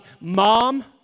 mom